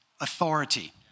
authority